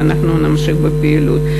ואנחנו נמשיך בפעילות.